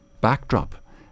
backdrop